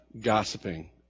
gossiping